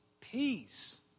peace